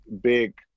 big